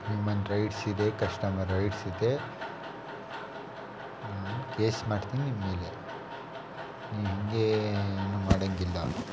human rights ಇದೆ customer rights ಇದೆ case ಮಾಡ್ತೀನಿ ನಿಮ್ಮ ಮೇಲೆ ನೀವು ಹೀಗೇ ಏನೂ ಮಾಡೋಂಗಿಲ್ಲ